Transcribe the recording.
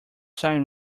sign